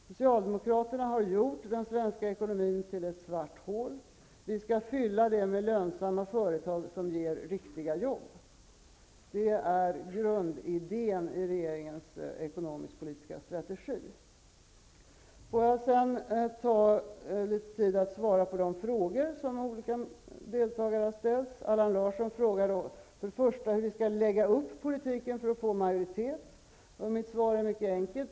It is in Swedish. Socialdemokraterna har gjort den svenska ekonomin till ett svart hål. Vi skall fylla det med lönsamma företag som ger riktiga jobb. Detta är grundidén i regeringens ekonomisk-politiska strategi. Jag skall sedan besvara de frågor som har ställts. Allan Larsson frågade först hur vi skall lägga upp politiken för att få majoritet. Mitt svar är mycket enkelt.